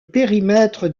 périmètre